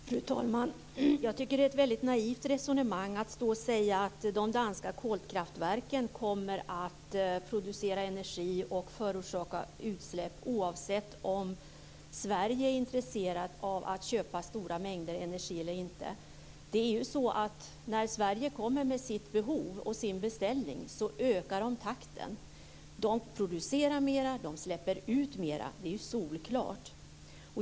Fru talman! Jag tycker att det är ett väldigt naivt resonemang att säga att de danska kolkraftverken kommer att producera energi och förorsaka utsläpp oavsett om Sverige är intresserat av att köpa stora mängder energi eller inte. När Sverige kommer med sitt behov och sin beställning ökar de takten. De producerar mer, de släpper ut mer. Det är ju solklart.